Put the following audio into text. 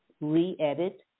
re-edit